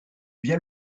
via